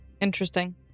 Interesting